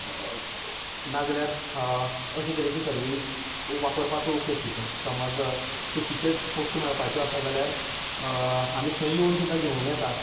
नाजाल्यार अशे तरेची सरवीस वापरपाचो उपेग कितें समज चुकीचेंच वस्तू मेळपाच्यो आसा जाल्यार आमी थंय येवन सुद्दां घेवं येता